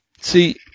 see